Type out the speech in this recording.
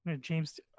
James